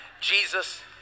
Jesus